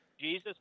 Jesus